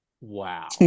Wow